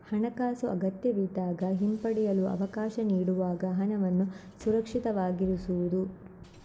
ಹಣಾಕಾಸು ಅಗತ್ಯವಿದ್ದಾಗ ಹಿಂಪಡೆಯಲು ಅವಕಾಶ ನೀಡುವಾಗ ಹಣವನ್ನು ಸುರಕ್ಷಿತವಾಗಿರಿಸುವುದು